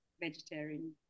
vegetarian